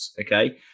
Okay